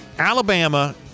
Alabama